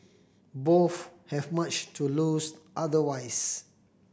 both have much to lose otherwise